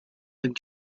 and